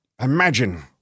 Imagine